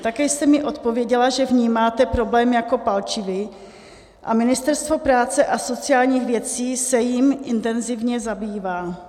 Také jste mi odpověděla, že vnímáte problém jako palčivý a Ministerstvo práce a sociálních věcí se jím intenzivně zabývá.